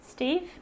Steve